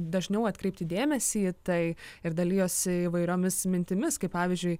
dažniau atkreipti dėmesį į tai ir dalijosi įvairiomis mintimis kaip pavyzdžiui